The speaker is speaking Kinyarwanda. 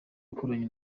yakoranye